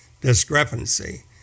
discrepancy